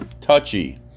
touchy